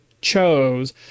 chose